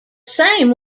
same